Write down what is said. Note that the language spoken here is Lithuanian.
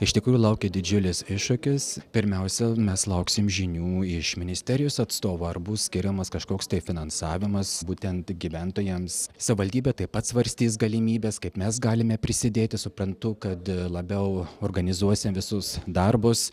iš tikrųjų laukia didžiulis iššūkis pirmiausia mes lauksim žinių iš ministerijos atstovų ar bus skiriamas kažkoks tai finansavimas būtent gyventojams savivaldybė taip pat svarstys galimybes kaip mes galime prisidėti suprantu kad labiau organizuosim visus darbus